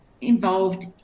involved